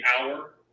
hour